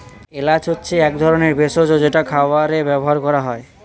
এলাচ হচ্ছে এক ধরনের ভেষজ যেটা খাবারে ব্যবহার করা হয়